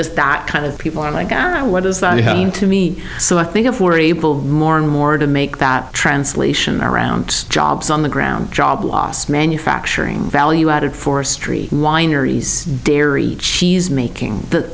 just that kind of people are like are what is that to me so i think if we're able more and more to make that translation around jobs on the ground jobs lost manufacturing value added forestry wineries dairy cheese making the